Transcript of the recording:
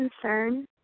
concern